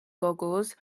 googles